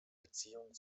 beziehung